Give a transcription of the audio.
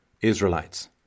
Israelites